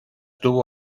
tuvo